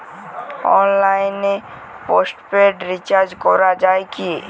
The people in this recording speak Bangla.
অনলাইনে পোস্টপেড রির্চাজ করা যায় কি?